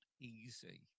easy